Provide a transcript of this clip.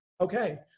Okay